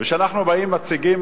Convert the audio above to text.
כשאנחנו באים ומציגים